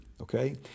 Okay